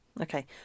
okay